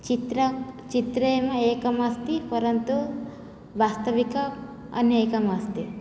चित्रः चित्रेव एकम् अस्ति परन्तु वास्तविके अन्येकम् अस्ति